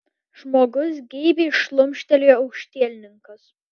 žmogus geibiai šlumštelėjo aukštielninkas